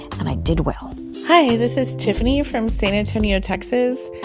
and i did well hi, this is tiffany from san antonio, texas,